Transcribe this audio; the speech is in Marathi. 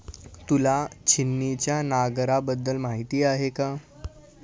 तुला छिन्नीच्या नांगराबद्दल माहिती आहे का?